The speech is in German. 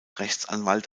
rechtsanwalt